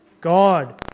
God